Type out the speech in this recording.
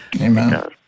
Amen